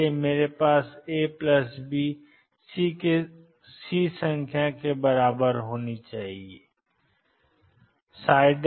इसलिए मेरे पास ABC संख्या 2 होने वाली है